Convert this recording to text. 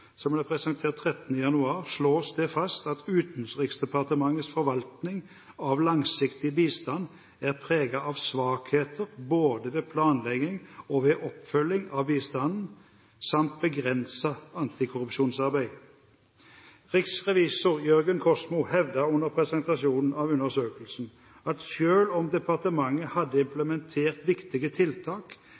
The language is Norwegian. som ble presentert 13. januar, slås det fast at «Utenriksdepartementets forvaltning av langsiktig bistand er preget av svakheter ved planlegging og oppfølging av bistanden, samt begrenset antikorrupsjonsarbeid». Riksrevisor Jørgen Kosmo hevdet under presentasjonen av undersøkelsen at selv om departementet hadde «implementert viktige tiltak,